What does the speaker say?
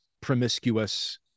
promiscuous